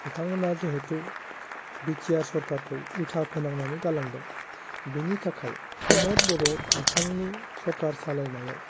बिथांमोनहा जिहैथु बिटिआर सरखारखौ उलथा फोनांनानै गालांदों बिनि थाखाय प्रमद बर' बिथांनि सरखार सालायनायाव